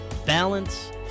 balance